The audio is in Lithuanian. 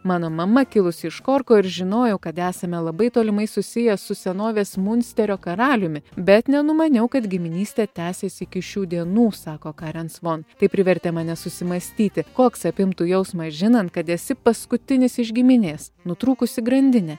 mano mama kilusi iš korko ir žinojo kad esame labai tolimai susiję su senovės munsterio karaliumi bet nenumaniau kad giminystė tęsėsi iki šių dienų sako karen svon tai privertė mane susimąstyti koks apimtų jausmas žinant kad esi paskutinis iš giminės nutrūkusi grandinė